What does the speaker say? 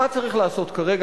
מה צריך לעשות כרגע?